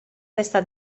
testa